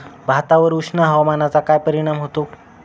भातावर उष्ण हवामानाचा काय परिणाम होतो?